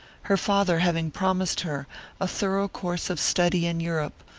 her father having promised her a thorough course of study in europe,